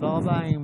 תודה רבה.